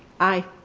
i.